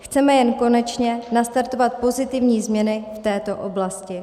Chceme jen konečně nastartovat pozitivní změny v této oblasti.